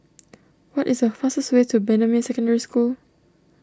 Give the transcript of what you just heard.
what is the fastest way to Bendemeer Secondary School